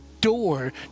door